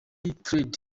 dread